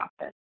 Office